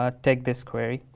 ah take this query.